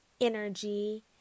energy